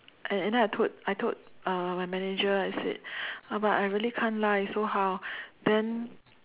and and then I told I told uh my manager and said but I really can't lie so how then